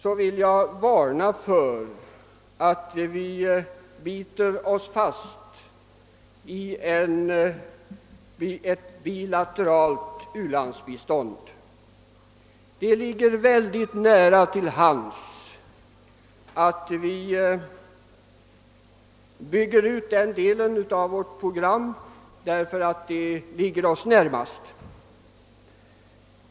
Jag vill vidare varna för att vi biter oss fast i ett bilateralt u-landsbistånd. Det ligger mycket nära till hands för oss att bygga ut denna del av vårt biståndsprogram därför att den ligger oss närmast.